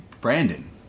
Brandon